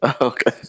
Okay